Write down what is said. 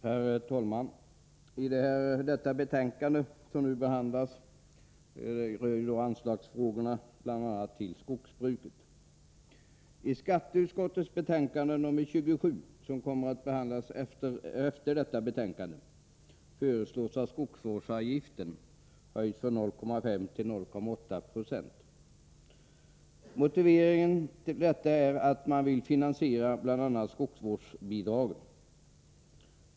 Herr talman! I det betänkande som nu debatteras behandlas anslagsfrågorna till bl.a. skogsbruket. I skatteutskottets betänkande nr 27, som kommer att behandlas efter detta betänkande, föreslås att skogsvårdsavgiften höjs från 0,5 till 0,8 96. Motiveringen till detta är att man vill finansiera bl.a. skogsvårdsbidragen.